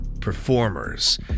performers